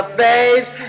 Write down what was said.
face